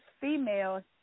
female